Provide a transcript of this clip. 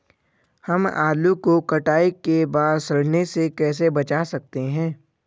हम आलू को कटाई के बाद सड़ने से कैसे बचा सकते हैं?